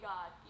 God